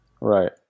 Right